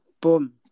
Boom